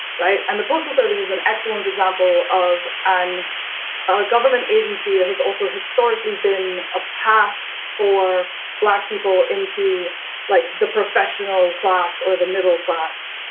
right. and the postal service is an excellent example of and a a government agency that has also historically been a path for black people into like the professional class or the middle class.